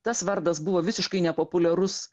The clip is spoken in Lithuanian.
tas vardas buvo visiškai nepopuliarus